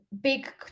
big